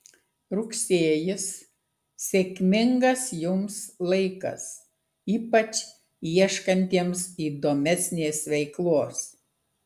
rugsėjis sėkmingas jums laikas ypač ieškantiems įdomesnės veiklos